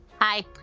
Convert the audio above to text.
Hi